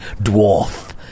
dwarf